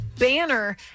banner